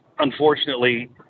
unfortunately